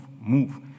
move